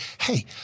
hey